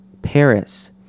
Paris